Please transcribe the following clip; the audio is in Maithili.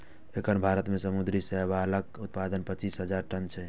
एखन भारत मे समुद्री शैवालक उत्पादन पच्चीस हजार टन छै